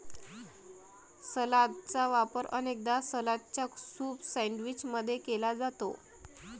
सलादचा वापर अनेकदा सलादच्या सूप सैंडविच मध्ये केला जाते